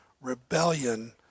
rebellion